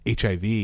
HIV